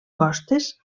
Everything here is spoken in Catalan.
costes